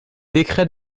décrets